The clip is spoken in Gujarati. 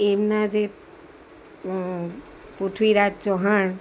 એમના જે પુથવીરાજ ચૌહાણ